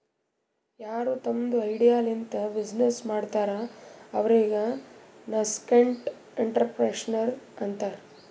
ಯಾರು ತಮ್ದು ಐಡಿಯಾ ಲಿಂತ ಬಿಸಿನ್ನೆಸ್ ಮಾಡ್ತಾರ ಅವ್ರಿಗ ನಸ್ಕೆಂಟ್ಇಂಟರಪ್ರೆನರ್ಶಿಪ್ ಅಂತಾರ್